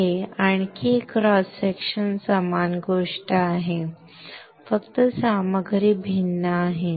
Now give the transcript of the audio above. हे आणखी एक क्रॉस सेक्शन समान गोष्ट आहे फक्त सामग्री भिन्न आहे